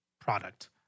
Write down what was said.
product